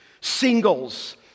Singles